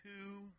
Two